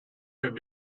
have